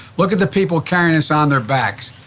look at the people carrying us on their backs.